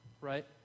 right